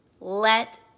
Let